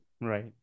Right